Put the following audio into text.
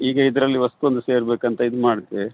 ಈಗ ಇದರಲ್ಲಿ ಹೊಸ್ತ್ ಒಂದು ಸೇರ್ಬೇಕು ಅಂತ ಇದು ಮಾಡ್ತೆ